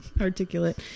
articulate